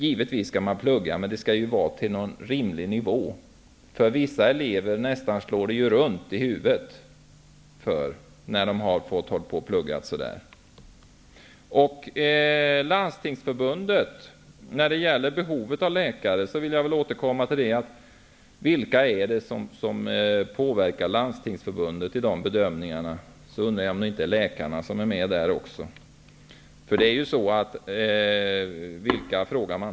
Givetvis skall man plugga, men det skall vara en rimlig nivå på pluggandet. Hos vissa elever snurrar det ju nästan till i huvudet, efter att ha pluggat så mycket. Vilka är det som påverkar Landstingsförbundet när det gäller behovet av läkare? Jag undrar om det inte är läkarna som är med och påverkar också vid dessa bedömningar.